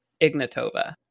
Ignatova